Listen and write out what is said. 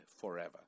forever